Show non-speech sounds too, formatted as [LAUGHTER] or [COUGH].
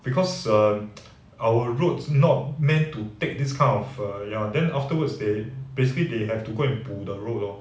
because err [NOISE] our roads not meant to take this kind of err ya then afterwards they basically they have to go and 补 the road lor